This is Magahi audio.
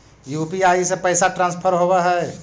यु.पी.आई से पैसा ट्रांसफर होवहै?